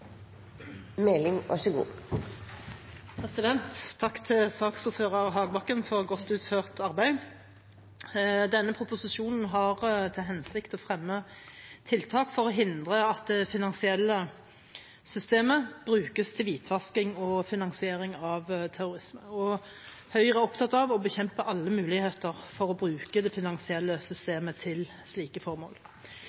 til hensikt å fremme tiltak for å hindre at det finansielle systemet brukes til hvitvasking og finansiering av terrorisme. Høyre er opptatt av å bekjempe alle muligheter for å bruke det finansielle